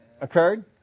occurred